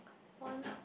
why not